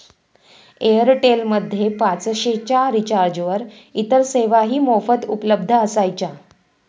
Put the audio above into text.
Airtel मध्ये पाचशे च्या रिचार्जवर इतर सेवाही मोफत उपलब्ध असायच्या